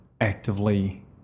actively